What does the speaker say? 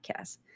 podcast